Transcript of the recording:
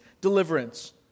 deliverance